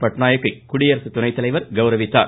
பட்நாயக்கை குடியரசுத் துணைத்தலைவர் கௌரவித்தார்